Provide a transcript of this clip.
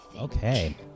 Okay